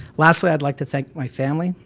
lastly i'd like to thank my family,